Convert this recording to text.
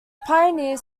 pioneer